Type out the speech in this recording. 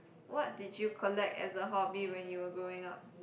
what did you collect as a hobby when you were growing up